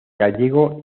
gallego